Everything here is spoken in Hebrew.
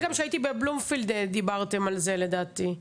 גם כשהייתי בבלומפילד דיברתם על זה, לדעתי,